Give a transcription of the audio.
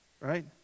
Right